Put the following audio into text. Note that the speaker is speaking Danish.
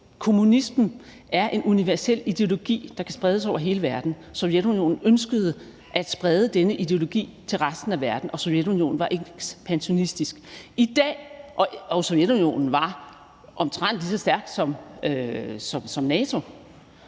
Kommunismen er en universel ideologi, der kan sprede sig over hele verden. Sovjetunionen ønskede at sprede denne ideologi til resten af verden, og Sovjetunionen var ekspansionistisk – og Sovjetunionen var omtrent lige så stærk som NATO.